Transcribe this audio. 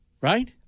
right